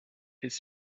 his